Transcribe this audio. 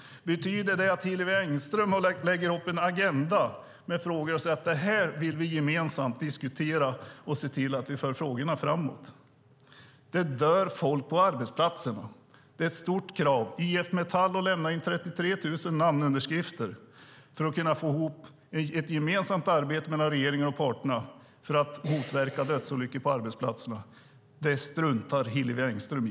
Betyder det att Hillevi Engström lägger upp en agenda med frågor och säger att detta vill vi gemensamt diskutera, och vi vill se till att vi för frågorna framåt? Det dör folk på arbetsplatserna. Det finns ett stort krav. IF Metall har lämnat in 33 000 namnunderskrifter för att kunna få ihop ett gemensamt arbete mellan regeringen och parterna för att motverka dödsolyckor på arbetsplatserna. Det struntar Hillevi Engström i.